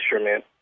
instrument